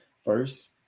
First